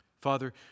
Father